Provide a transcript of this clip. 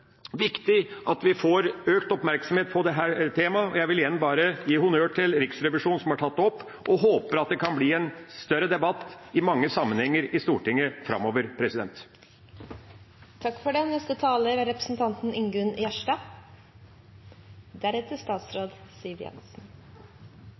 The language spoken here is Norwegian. viktig at vi får økt oppmerksomhet på dette temaet. Jeg vil igjen gi honnør til Riksrevisjonen, som har tatt det opp, og håper at det kan bli en større debatt om dette i mange sammenhenger i Stortinget framover. I januar var eg i Bosnia for